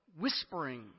whispering